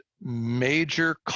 major